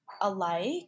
alike